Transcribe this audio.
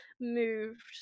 moved